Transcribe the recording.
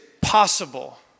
possible